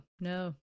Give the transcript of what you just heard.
no